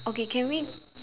okay can we